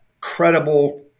credible